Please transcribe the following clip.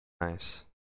Nice